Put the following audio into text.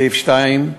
סעיף 2,